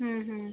হুম হুম